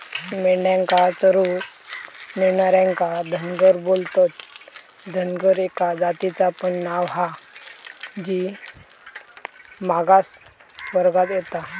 मेंढ्यांका चरूक नेणार्यांका धनगर बोलतत, धनगर एका जातीचा पण नाव हा जी मागास वर्गात येता